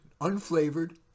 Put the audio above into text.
unflavored